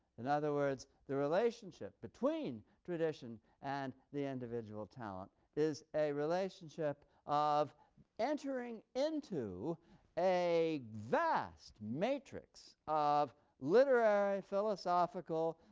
in other words, the relationship between tradition and the individual talent is a relationship of entering into a vast matrix of literary, philosophical,